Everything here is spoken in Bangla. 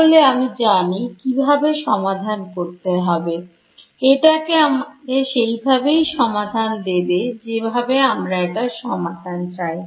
তাহলে আমরা জানি কিভাবে সমাধান করতে হবে এটা আমাকে সেই ভাবেই সমাধান দেবে যেভাবে আমরা এটা সমাধান চাই